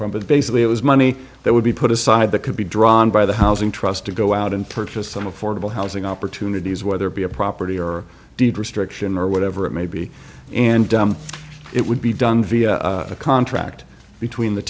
from but basically it was money that would be put aside that could be drawn by the housing trust to go out and purchase some affordable housing opportunities whether it be a property or deed restriction or whatever it may be and it would be done via a contract between the